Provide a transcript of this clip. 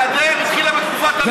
הגדר התחילה בתקופת עמיר פרץ.